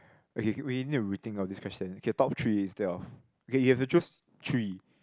okay we need to rethink of this question okay top three instead of okay you have to choose three